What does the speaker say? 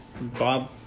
Bob